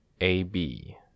AB